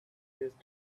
used